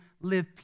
live